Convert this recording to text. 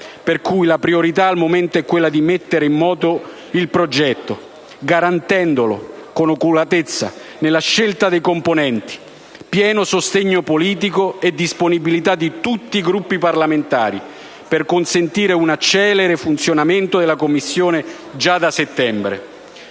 La priorità al momento è quella di mettere in moto il progetto, garantendo oculatezza nella scelta dei componenti, pieno sostegno politico e disponibilità di tutti i Gruppi parlamentari per consentire un celere funzionamento della Commissione già da settembre.